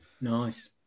Nice